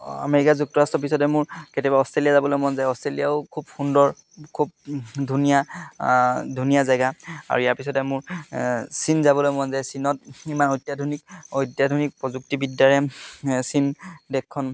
America যুক্তৰাষ্ট্ৰৰ পিছতে মোৰ কেতিয়াবা অষ্ট্ৰেলিয়া যাবলৈ মন যায় অষ্ট্ৰেলিয়াও খুব সুন্দৰ খুব ধুনীয়া ধুনীয়া জেগা আৰু ইয়াৰ পিছতে মোৰ চীন যাবলৈ মন যায় চীনত ইমান অত্যাধুনিক অত্যাধুনিক প্ৰযুক্তিবিদ্যাৰে চীন দেশখন